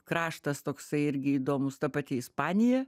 kraštas toksai irgi įdomūs ta pati ispanija